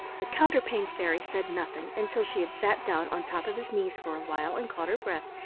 the counterpane fairy said nothing until she had sat down on top of his knees for a while and caught her breath,